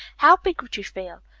how big would you feel?